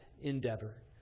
endeavor